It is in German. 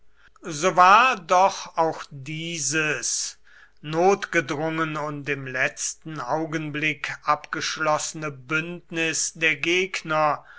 so war doch auch dieses notgedrungen und im letzten augenblick abgeschlossene bündnis der gegner